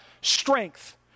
strength